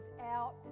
out